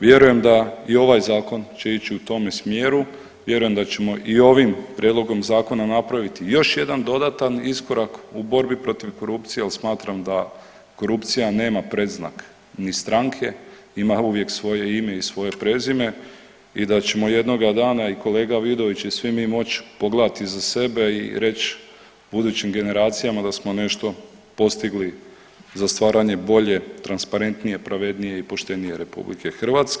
Vjerujem da i ovaj zakon će ići u tome smjeru, vjerujem da ćemo i ovim prijedlogom zakona napraviti još jedan dodatan iskorak u borbi protiv korupciji jer smatram da korupcija nema predznak ni stranke ima uvije svoje ime i svoje prezime i da ćemo jednoga dana i kolega Vidović i svi mi moći pogledati iza sebe i reći budućim generacijama da smo nešto postigli za stvaranje bolje, transparentnije, pravednije i poštenije RH.